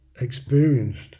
experienced